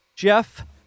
Jeff